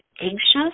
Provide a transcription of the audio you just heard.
anxious